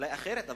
אולי אחרת,